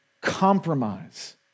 compromise